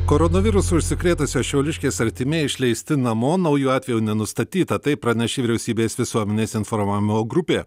koronavirusu užsikrėtusios šiauliškės artimieji išleisti namo naujų atvejų nenustatyta tai pranešė vyriausybės visuomenės informavimo grupė